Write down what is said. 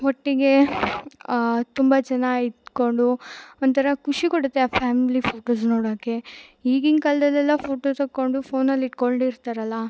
ಒಟ್ಟಿಗೆ ತುಂಬ ಜನ ಇದ್ಕೊಂಡು ಒಂಥರ ಖುಷಿ ಕೊಡುತ್ತೆ ಆ ಫ್ಯಾಮಿಲಿ ಫೊಟೋಸ್ ನೋಡೊಕೆ ಈಗಿನ ಕಾಲದಲೆಲ್ಲ ಫೋಟೊಸಕೊಂಡು ಫೋನಲ್ಲಿ ಇಟ್ಕೊಂಡಿರ್ತಾರಲ್ಲ